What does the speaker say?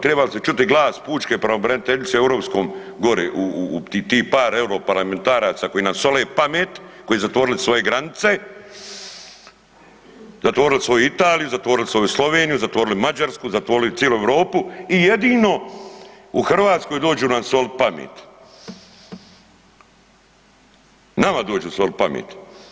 Trebali ste čuti glas pučke pravobraniteljice u europskom gori ti par europarlamentaraca koji nam sole pamet koji su zatvorili svoje granice, zatvorili svoju Italiju, zatvorili svoju Sloveniju, zatvorili Mađarsku, zatvorili cijelu Europu i jedino u Hrvatsku dođu solit nam pamet, nama dođu solit pamet.